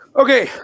okay